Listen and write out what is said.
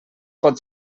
pot